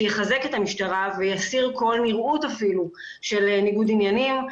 שיחזק את המשטרה ויסיר כל ניראות אפילו של ניגוד עניינים.